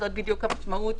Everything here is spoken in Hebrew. זאת בדיוק המשמעות.